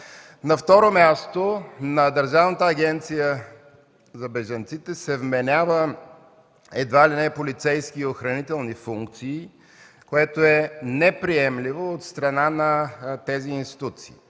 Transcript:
На второ място, на Държавната агенция за бежанците се вменяват едва ли не полицейски и охранителни функции, което е неприемливо от страна на тези институции.